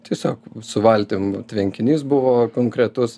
tiesiog su valtim tvenkinys buvo konkretus